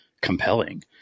compelling